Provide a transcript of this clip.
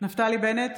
נפתלי בנט,